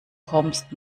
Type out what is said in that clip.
kommst